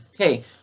Okay